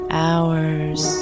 hours